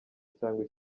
cyangwa